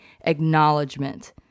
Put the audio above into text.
acknowledgement